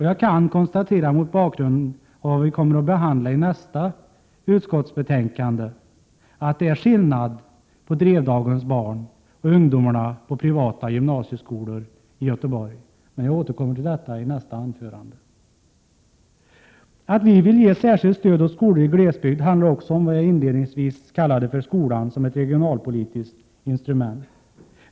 Jag kan konstatera, mot bakgrund av vad vi kommer att behandla i nästa utskottsbetänkande, att det är skillnad mellan Drevdagens barn och ungdomarna i privata gymnasieskolor i Göteborg. Jag återkommer till detta i nästa anförande. Att vi vill ge särskilt stöd åt skolor i glesbygd handlar också om vad jag inledningsvis kallade för skolan som ett regionalpolitiskt instrument.